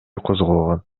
козголгон